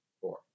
Four